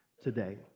today